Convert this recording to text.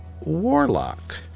Warlock